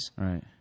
Right